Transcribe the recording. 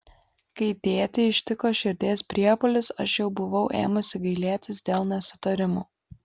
kai tėtį ištiko širdies priepuolis aš jau buvau ėmusi gailėtis dėl nesutarimų